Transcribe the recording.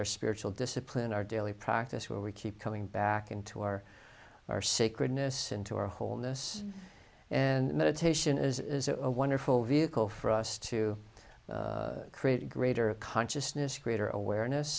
our spiritual discipline our daily practice where we keep coming back into our our sacredness into our wholeness and meditation is a wonderful vehicle for us to create greater consciousness greater awareness